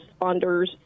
responders